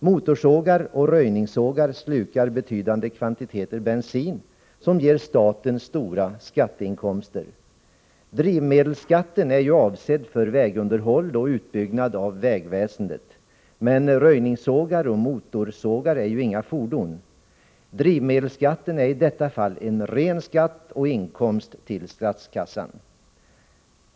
Motorsågar och röjningssågar slukar betydande kvantiteter bensin som ger staten stora skatteinkomster. Drivmedelsskatten är ju avsedd för vägunderhåll och utbyggnad av vägväsendet, men röjningssågar och motorsågar är ju inga fordon. Drivmedelsskatten är i detta fall en ren skatt och inkomst till statskassan.